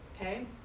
Okay